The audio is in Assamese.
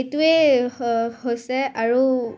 এইটোৱেই হৈছে আৰু